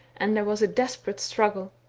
and there was a desperate struggle.